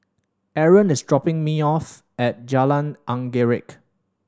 Aron is dropping me off at Jalan Anggerek